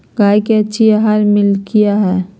गाय के अच्छी आहार किया है?